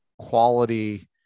quality